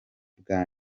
bwa